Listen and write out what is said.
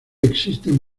existen